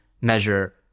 measure